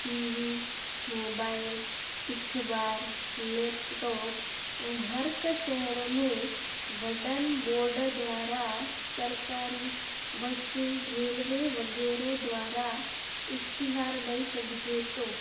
T V mobile अख़बार laptop ऐं हर हिक शहर में वडनि बोर्ड द्वारा सरकारी बस रेल्वे वग़ैरह द्वारा इश्तिहारु ॾेई सघिजे थो